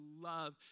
love